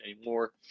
anymore